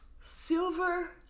Silver